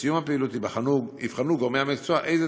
בסיום הפעילות יבחנו גורמי המקצוע איזו